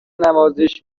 نوازش